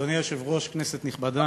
אדוני היושב-ראש, כנסת נכבדה,